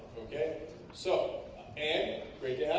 okay so ann great yeah